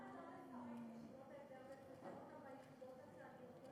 למה לא לפרק את ישיבות ההסדר ולפזר אותם